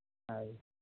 ᱦᱳᱭ